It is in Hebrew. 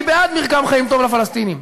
אני בעד מרקם חיים טוב לפלסטינים.